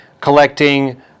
collecting